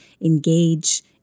engage